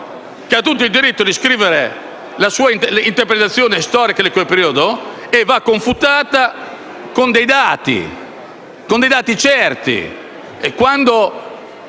che ha tutto il diritto di scrivere la sua interpretazione storica di quel periodo e che va confutata con dei dati certi.